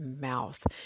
mouth